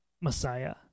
Messiah